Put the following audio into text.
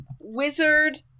wizard